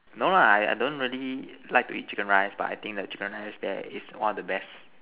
no lah I I don't really like to eat chicken rice but I think the chicken rice there is one of the best